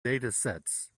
datasets